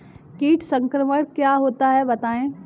कीट संक्रमण क्या होता है बताएँ?